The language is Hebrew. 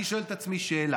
אני שואל את עצמי שאלה: